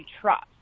trust